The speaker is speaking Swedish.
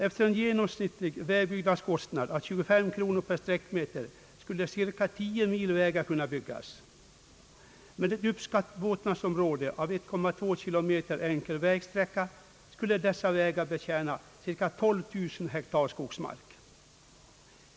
Med en genomsnittlig vägbyggnadskostnad på 25 kronor per sträckmeter skulle cirka 10 mil vägar kunna byggas. Med ett uppskattat båtnadsområde på 1,2 km enkel vägsträcka skulle dessa vägar betjäna cirka 12 000 hektar skogsmark.